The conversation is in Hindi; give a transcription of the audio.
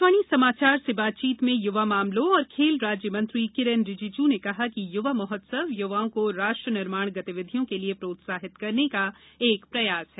आकाशवाणी समाचार से बातचीत में युवा मामलों और खेल राज्य मंत्री किरेन रिजिजू ने कहा कि युवा महोत्सव युवाओं को राष्ट्र निर्माण गतिविधियों के लिए प्रोत्साहित करने का एक प्रयास है